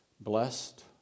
Blessed